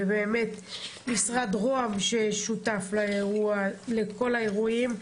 משרד רוה"מ ששותף לכל האירועים,